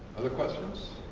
other questions?